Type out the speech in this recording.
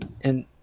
and-